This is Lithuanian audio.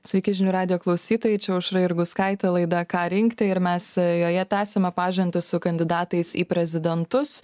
sveiki žinių radijo klausytojai čia aušra jurgauskaitė laida ką rinkti ir mes joje tęsiame pažintį su kandidatais į prezidentus